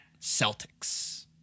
Celtics